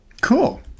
Cool